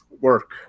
work